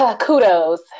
kudos